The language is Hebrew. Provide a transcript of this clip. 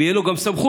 ושתהיה לו גם סמכות,